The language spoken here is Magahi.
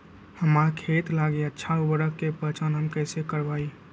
हमार खेत लागी अच्छा उर्वरक के पहचान हम कैसे करवाई?